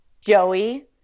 Joey